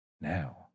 Now